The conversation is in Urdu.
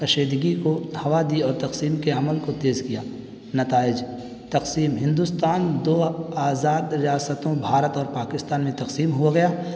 کشیدگی کو ہوا دی اور تقسیم کے عمل کو تیز کیا نتائج تقسیم ہندوستان دو آزاد ریاستوں بھارت اور پاکستان میں تقسیم ہو گیا